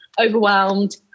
overwhelmed